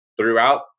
throughout